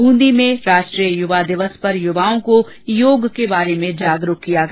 ब्रूंदी में राष्ट्रीय युवा दिवस पर युवाओं को योग के बारे में जागरूक किया गया